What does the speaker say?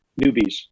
newbies